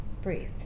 breathe